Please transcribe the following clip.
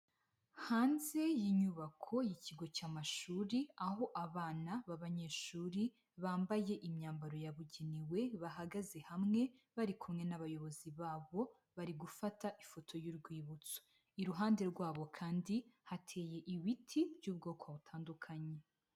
Hanze y'inyubako y'ikigo cy'amashuri, aho abana b'abanyeshuri bambaye imyambaro yabugenewe bahagaze hamwe bari kumwe n'abayobozi babo, bari gufata ifoto y'urwibutso, iruhande rwabo kandi hateye ibiti by'ubwoko butandukanye.